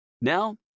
Now